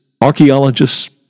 archaeologists